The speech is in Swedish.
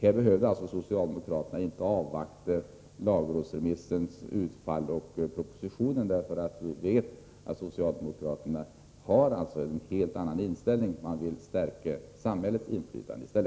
Här behöver alltså socialdemokraterna inte avvakta lagrådsremissens utfall och propositionen. Vi vet nämligen att socialdemokraterna har en helt annan inställning. De villi stället stärka samhällets inflytande.